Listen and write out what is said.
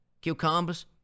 cucumbers